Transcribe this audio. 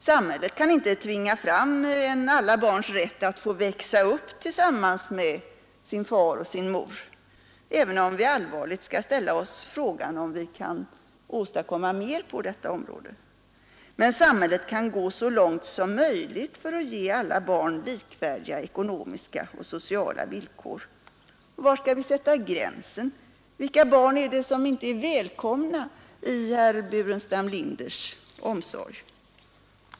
Samhället kan inte tvinga fram en alla barns rätt att få växa upp tillsammans med sin far och sin mor, även om vi allvarligt skall ställa oss frågan om vi kan åstadkomma mer på detta område. Men samhället bör gå så långt som möjligt för att ge alla barn likvärdiga ekonomiska och sociala villkor. Och var skall vi sätta gränsen i detta avseende? Vilka barn är det som inte är välkomna i herr Burenstam Linders omsorg?